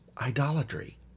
idolatry